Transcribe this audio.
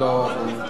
לא.